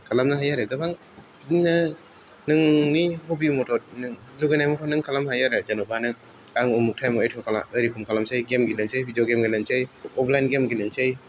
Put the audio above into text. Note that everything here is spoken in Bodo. खालामनो हायो आरो गोबां बिदिनो नोंनि अभिमदद लोगोनांनै नों खालामनो हायो आरो जेन'बा नों आं अमुक थाइमाव एथ' खालाम ओरै रखम खालामनोसै गेम गेलेनोसै भिडिय' गेम गेलेनोसै अफलाइन गेम गेलेनोसै